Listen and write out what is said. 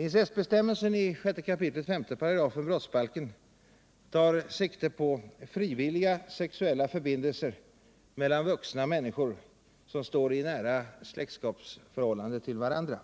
Incestbestämmelsen i 6 kap. 5 § brottsbalken tar sikte på frivilliga sexuella förbindelser mellan vuxna människor, som står i nära släktskapsförhållande till varandra;